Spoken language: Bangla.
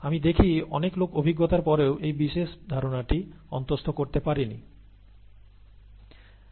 আমি দেখি অনেক লোক অভিজ্ঞতার পরেও এই বিশেষ ধারণাটি অন্তঃস্থ করতে পারেন না